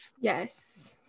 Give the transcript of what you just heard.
yes